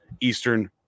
Eastern